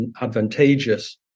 advantageous